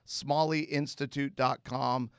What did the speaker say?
smalleyinstitute.com